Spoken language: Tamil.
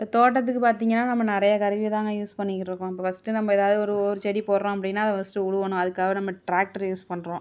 த தோட்டத்துக்கு பார்த்திங்கனா நம்ம நிறையா கருவிதாங்க யூஸ் பண்ணிக்கிட்டிருக்கோம் இப்ப ஃபஸ்ட்டு நம்ப ஏதாவது ஒரு ஒரு செடி போடறோம் அப்படின்னா அதை ஃபஸ்ட்டு உழுவணும் அதுக்காக நம்ம ட்ராக்ட்ரு யூஸ் பண்றோம்